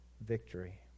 victory